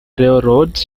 railroad